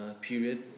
period